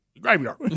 Graveyard